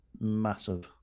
Massive